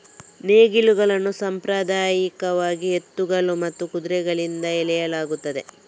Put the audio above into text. ನೇಗಿಲುಗಳನ್ನು ಸಾಂಪ್ರದಾಯಿಕವಾಗಿ ಎತ್ತುಗಳು ಮತ್ತು ಕುದುರೆಗಳಿಂದ ಎಳೆಯಲಾಗುತ್ತದೆ